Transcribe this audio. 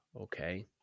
Okay